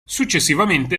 successivamente